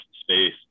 space